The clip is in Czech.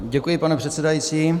Děkuji, pane předsedající.